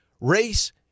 race